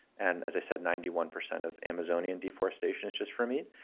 and as i said, ninety one percent of amazonian deforestation is just for meat.